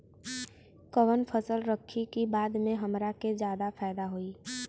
कवन फसल रखी कि बाद में हमरा के ज्यादा फायदा होयी?